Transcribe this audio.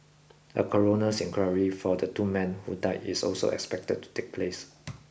a coroner's inquiry for the two men who died is also expected to take place